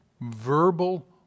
verbal